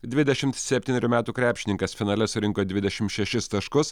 dvidešimt septynerių metų krepšininkas finale surinko dvidešimt šešis taškus